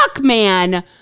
man